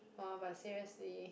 oh but seriously